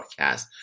podcast